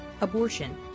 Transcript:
abortion